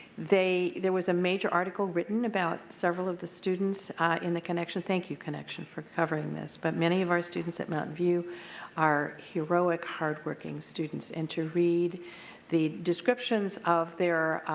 there was a major article written about several of the students in the connection, thank you connection for coving this. but many of our students at mountain view are heroic, hard working students and to read the descriptions of their